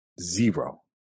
zero